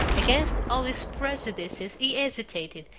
against all his prejudices he hesitated,